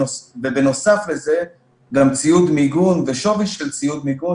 ובנוסף לזה גם ציוד מיגון ושווי של ציוד מיגון